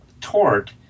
tort